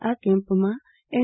આ કેમ્પમાં એન